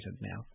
now